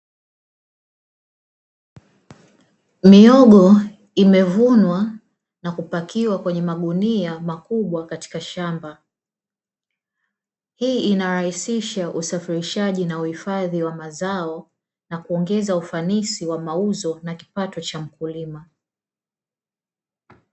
Mihogo imevunwa na kupakiwa kwenye magunia makubwa katika shamba, hii inarahisisha usafirishaji na uhifadhi wa mazao na kuongeza ufanisi wa mauzo na kipato cha mkulima.